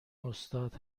استاد